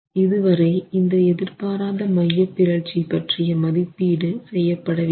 இதுவரை இந்த எதிர்பாராத மையப்பிறழ்ச்சி பற்றிய மதிப்பீடு செய்ய படவில்லை